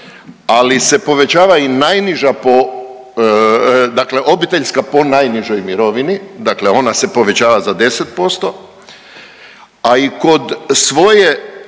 ali se povećava i najniža po, dakle obiteljska po najnižoj mirovini. Dakle, ona se povećava za 10%. A i kod svoje